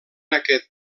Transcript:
aquest